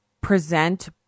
present